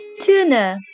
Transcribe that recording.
tuna